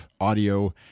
audio